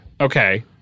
okay